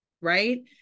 right